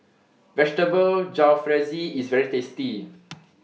Vegetable Jalfrezi IS very tasty